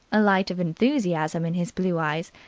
a light of enthusiasm in his blue eyes,